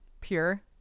pure